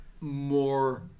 more